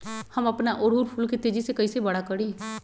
हम अपना ओरहूल फूल के तेजी से कई से बड़ा करी?